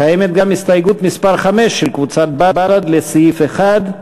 קיימת גם הסתייגות מס' 5 של קבוצת בל"ד לסעיף 1,